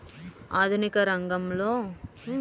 ఆధునిక యుగంలో రబ్బరు వాడని రంగమంటూ లేనేలేదు